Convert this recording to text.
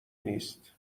نیست